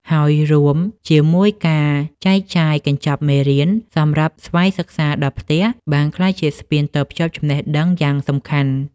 ហើយរួមជាមួយការចែកចាយកញ្ចប់មេរៀនសម្រាប់ស្វ័យសិក្សាដល់ផ្ទះ បានក្លាយជាស្ពានតភ្ជាប់ចំណេះដឹងយ៉ាងសំខាន់។